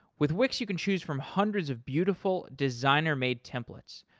with wix, you can choose from hundreds of beautiful, designer-made templates.